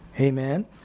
Amen